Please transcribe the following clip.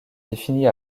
définit